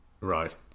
right